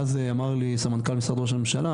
ואז אמר לי מנכ"ל משרד ראש הממשלה,